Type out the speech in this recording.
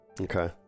okay